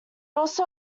also